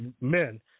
men